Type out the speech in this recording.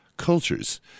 cultures